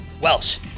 Welsh